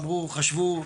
חשבו,